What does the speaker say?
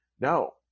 No